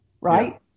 right